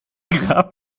grab